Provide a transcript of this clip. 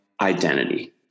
identity